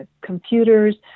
computers